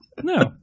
No